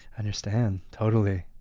understand totally.